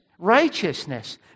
Righteousness